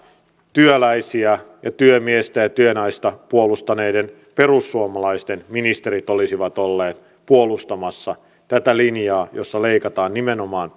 työläisiä ja työmiestä ja työnaista puolustaneiden perussuomalaisten ministerit olisivat olleet puolustamassa tätä linjaa jossa leikataan nimenomaan